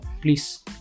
Please